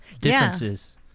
differences